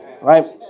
Right